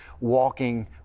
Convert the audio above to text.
walking